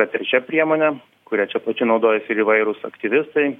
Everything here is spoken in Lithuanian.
kad ir šią priemonę kuria čia plačiai naudojasi ir įvairūs aktyvistai